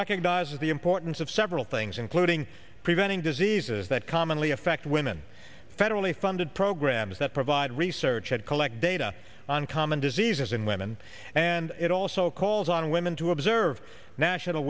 recognizes the importance of several things including preventing diseases that commonly affect women federally funded programs that provide research that collect data on common diseases in women and it also calls on women to observe national